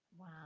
Wow